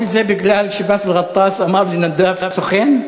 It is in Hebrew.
כל זה בגלל שבאסל גטאס אמר לנדאף "סוכן"?